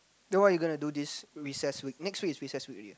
then what you going to do this recess week next week is recess week already ah